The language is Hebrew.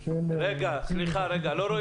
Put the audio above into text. --- סליחה, יש